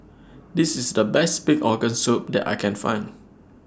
This IS The Best Pig Organ Soup that I Can Find